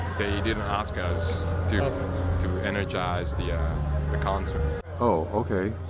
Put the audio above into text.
they didn't ask us to energize the ah the concert. oh, okay.